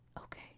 okay